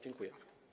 Dziękuję.